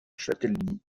châtellenie